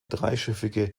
dreischiffige